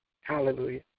hallelujah